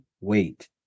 wait